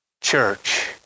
church